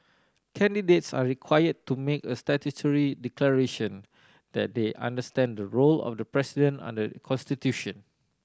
candidates are required to make a statutory declaration that they understand the role of the president under the constitution